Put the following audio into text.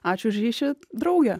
ačiū už ryšį drauge